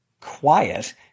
quiet